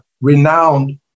renowned